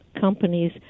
companies